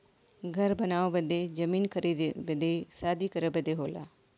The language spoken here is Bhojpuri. घर बनावे बदे जमीन खरीदे बदे शादी करे बदे होला